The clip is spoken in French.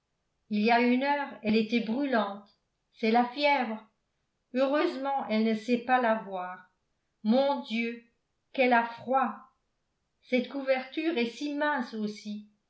il y a une heure elle était brûlante c'est la fièvre heureusement elle ne sait pas l'avoir mon dieu qu'elle a froid cette couverture est si mince aussi